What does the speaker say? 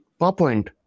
PowerPoint